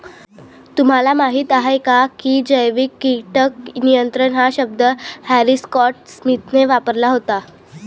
तुम्हाला माहीत आहे का की जैविक कीटक नियंत्रण हा शब्द हॅरी स्कॉट स्मिथने वापरला होता?